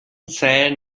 zählen